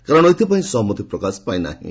କାରଣ ଏଥିପାଇଁ ସହମତି ପ୍ରକାଶ ପାଇନାହିଁ